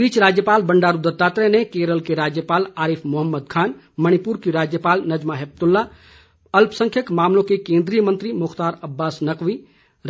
इस बीच राज्यपाल बंडारू दत्तात्रेय ने केरल के राज्यपाल आरिफ मुहम्मद खान मणिपुर की राज्यपाल नजमा हेप्पतुल्ला अल्पसंख्यक मामलों के केन्द्र मंत्री मुख्तार अब्बास नकवी